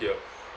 hear